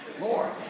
Lord